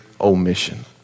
omission